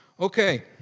Okay